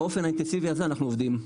באופן האינטנסיבי הזה אנחנו עובדים.